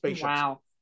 Wow